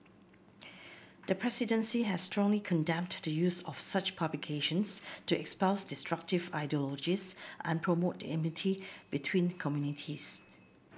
the presidency has strongly condemned the use of such publications to espouse destructive ideologies and promote enmity between communities